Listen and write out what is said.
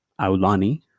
Aulani